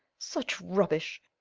such rubbish!